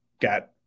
got –